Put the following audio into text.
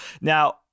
Now